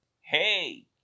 Hey